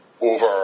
over